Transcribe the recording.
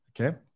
okay